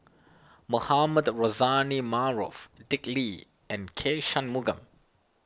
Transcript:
Mohamed Rozani Maarof Dick Lee and K Shanmugam